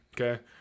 Okay